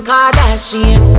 Kardashian